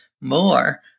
more